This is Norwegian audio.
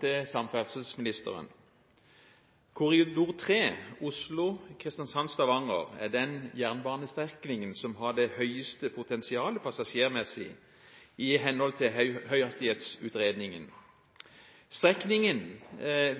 til samferdselsministeren: «Korridor 3, Oslo–Kristiansand–Stavanger, er den jernbanestrekningen som har det høyeste markedsmessige potensialet for utvikling av en framtidsrettet og moderne jernbaneløsning i henhold til høyhastighetsutredningen. Strekningen